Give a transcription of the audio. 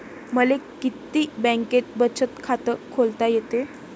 मले किती बँकेत बचत खात खोलता येते?